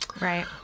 Right